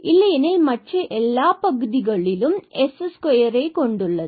இல்லையெனில் மற்ற எல்லா பகுதிகளிலும் s ஸ்கொயர் square கொண்டுள்ளது